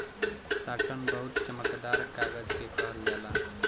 satin बहुत चमकदार कागज के कहल जाला